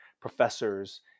professors